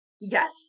Yes